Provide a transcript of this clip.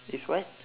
is what